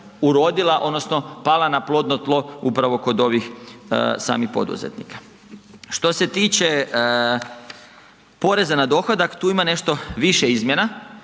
odnosno pala na plodno tlo upravo kod ovih samih poduzetnika. Što se tiče poreza na dohodak, tu ima nešto više izmjena